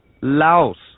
Laos